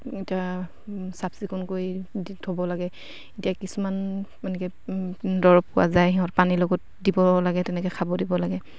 এতিয়া চাফচিকুণ কৰি দি থ'ব লাগে এতিয়া কিছুমান মানে এনেকৈ দৰৱ পোৱা যায় সিহঁত পানীৰ লগত দিব লাগে তেনেকৈ খাব দিব লাগে